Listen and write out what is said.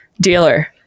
dealer